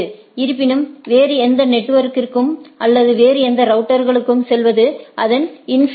இருப்பினும் வேறு எந்த நெட்வொர்க்குக்கும் அல்லது வேறு எந்த ரவுட்டர்களுக்கும் செல்வது அது இன்ஃபினிடி